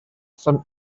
some